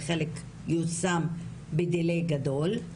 וחלק יושם בדיליי גדול.